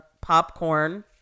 popcorn